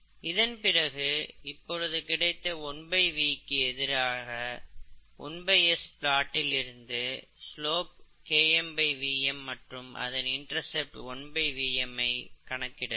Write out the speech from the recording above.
இதன் பிறகு இப்பொழுது கிடைத்த 1V கு எதிரான 1S பிளாட்டில் இருந்து ஸ்லோப் KmVm மற்றும் அதன் இன்டர்செப்ட் 1Vm ஐ கணக்கிடலாம்